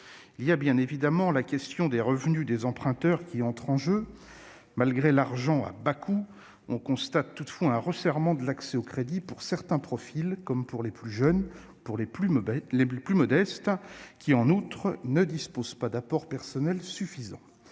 Bien évidemment, la question des revenus des emprunteurs entre en jeu. Malgré « l'argent à bas coût », on constate un resserrement de l'accès au crédit pour certains profils, comme les plus jeunes ou les plus modestes, qui, en outre, ne disposent pas d'un apport personnel suffisant.